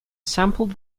sampled